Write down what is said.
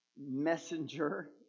messenger